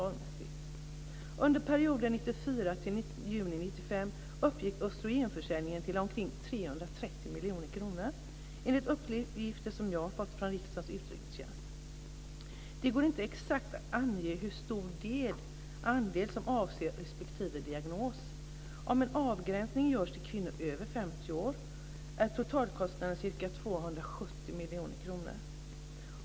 Under perioden 1994 till juni 1995 uppgick östrogenförsäljningen till omkring 330 miljoner kronor, enligt uppgifter som jag har fått från Riksdagens utredningstjänst. Det går inte att exakt ange hur stor andel som avser respektive diagnos. Om en avgränsning görs till kvinnor över 50 år är totalkostnaden ca 270 miljoner kronor.